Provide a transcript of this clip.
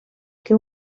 que